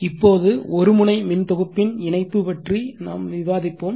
இப்போது ஒருமுனை மின்தொகுப்பின் இணைப்பு பற்றி நாம் விவாதிப்போம்